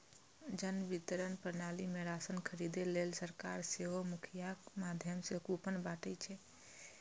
जन वितरण प्रणाली मे राशन खरीदै लेल सरकार सेहो मुखियाक माध्यम सं कूपन बांटै छै